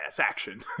action